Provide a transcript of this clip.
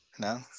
No